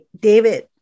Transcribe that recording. David